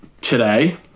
today